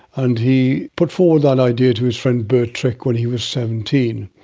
and he put forward that idea to his friend bert trick when he was seventeen,